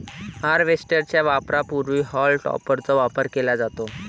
harvester च्या वापरापूर्वी हॉल टॉपरचा वापर केला जातो